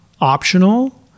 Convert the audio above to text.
optional